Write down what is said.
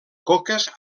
coques